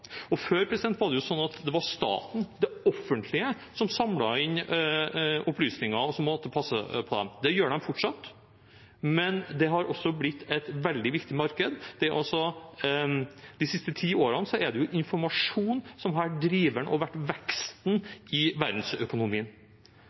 Før var det sånn at det var staten, det offentlige, som samlet inn opplysninger, og som måtte passe på dem. Det gjør de fortsatt, men det har også blitt et veldig viktig marked – de siste ti årene er det jo informasjon som har vært driveren for veksten